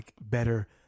better